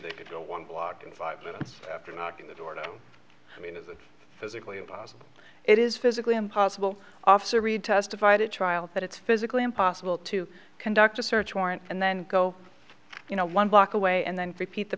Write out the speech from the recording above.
they could go one block in five minutes after knocking the door down i mean it's physically impossible it is physically impossible officer reed testified at trial that it's physically impossible to conduct a search warrant and then go you know one block away and then repeat the